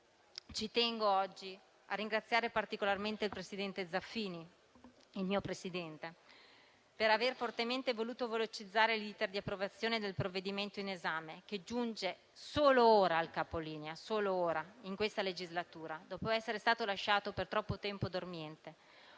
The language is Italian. Ci tengo a ringraziare particolarmente il presidente Zaffini, il mio presidente, per aver fortemente voluto velocizzare l'*iter* di approvazione del provvedimento in esame, che giunge solo ora al capolinea, in questa legislatura, dopo essere stato lasciato per troppo tempo dormiente;